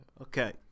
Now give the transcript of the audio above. Okay